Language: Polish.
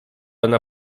ona